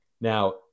Now